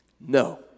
no